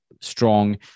strong